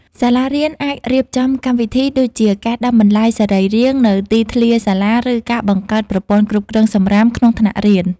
សាលារៀនអាចរៀបចំកម្មវិធីដូចជា ការដាំបន្លែសរីរាង្គនៅទីធ្លាសាលា ឬការបង្កើតប្រព័ន្ធគ្រប់គ្រងសំរាមក្នុងថ្នាក់រៀន។